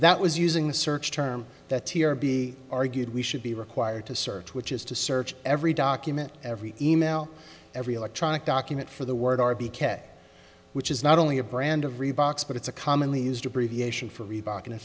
that was using the search term that t r be argued we should be required to search which is to search every document every e mail every electronic document for the word rb cat which is not only a brand of reeboks but it's a commonly used abbreviation for reebok and in